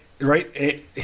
right